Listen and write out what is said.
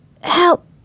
Help